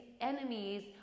enemies